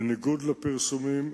בניגוד לפרסומים,